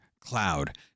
Cloud